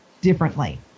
differently